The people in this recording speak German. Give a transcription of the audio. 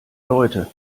leute